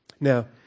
Now